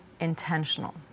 intentional